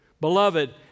Beloved